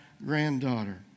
granddaughter